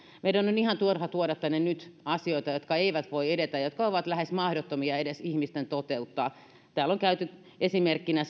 meidän on ihan turha tuoda tänne nyt asioita jotka eivät voi edetä ja jotka ovat lähes mahdottomia edes ihmisten toteuttaa täällä on käytetty esimerkkinä